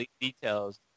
details